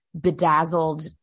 bedazzled